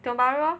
Tiong-Bahru lor